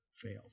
fails